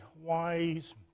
wise